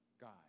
God